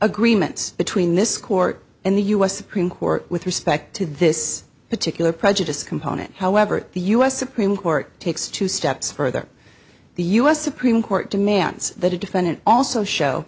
agreements between this court and the u s supreme court with respect to this particular prejudice component however the u s supreme court takes two steps further the u s supreme court demands that a defendant also show